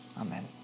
Amen